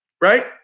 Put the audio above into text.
Right